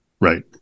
right